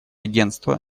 агентства